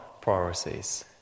priorities